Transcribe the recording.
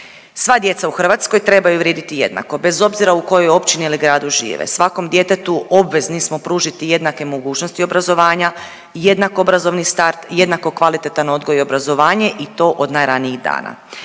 Sva djeca u Hrvatskoj trebaju vrijediti jednako, bez obzira u kojoj općini ili gradu žive. Svakom djetetu obvezni smo pružiti jednake mogućnosti obrazovanje, jednak obrazovni start, jednako kvalitetan odgoj i obrazovanje i to od najranijih dana.